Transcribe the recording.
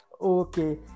okay